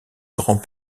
grand